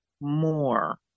more